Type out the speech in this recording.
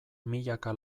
milaka